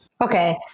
Okay